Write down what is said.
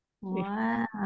Wow